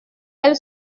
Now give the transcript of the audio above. elle